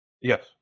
Yes